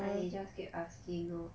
like he just keep asking lor